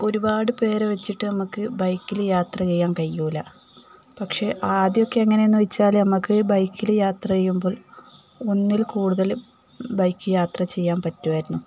ഒരുപാട് പേരെ വെച്ചിട്ട് നമുക്ക് ബൈക്കില് യാത്ര ചെയ്യാൻ കഴിയില്ല പക്ഷേ ആദ്യമൊക്കെ എങ്ങനെയാണെന്ന് വെച്ചാല് നമുക്ക് ബൈക്കില് യാത്ര ചെയ്യുമ്പോൾ ഒന്നിൽക്കൂടുതല് ബൈക്ക് യാത്ര ചെയ്യാൻ പറ്റുമായിരുന്നു